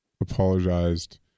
apologized